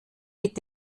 mit